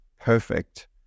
perfect